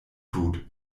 tut